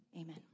amen